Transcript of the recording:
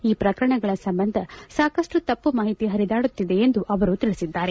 ಈ ಪ್ರಕರಣಗಳ ಸಂಬಂಧ ಸಾಕಷ್ಟು ತಪ್ಪು ಮಾಹಿತಿ ಹರಿದಾಡುತ್ತಿದೆ ಎಂದು ಅವರು ತಿಳಿಸಿದ್ದಾರೆ